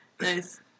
Nice